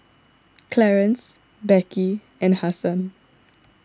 Clarance Beckie and Hasan